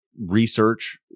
research